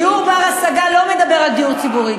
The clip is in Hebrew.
דיור בר-השגה לא מדבר על דיור ציבורי.